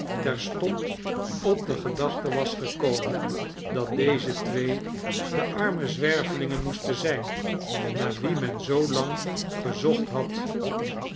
terstond op de gedachte was gekomen dat deze twee de arme zwervelingen moesten zijn naar wie men zoolang gezocht had